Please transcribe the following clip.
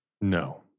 No